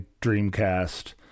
Dreamcast